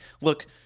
Look